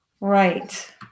Right